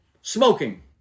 smoking